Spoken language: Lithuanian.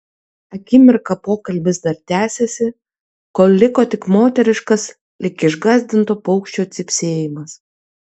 akimirką pokalbis dar tęsėsi kol liko tik moteriškas lyg išgąsdinto paukščio cypsėjimas